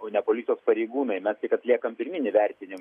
o ne policijos pareigūnai mes tik atliekam pirminį vertinimą